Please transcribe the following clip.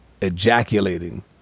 ejaculating